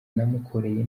namukoreye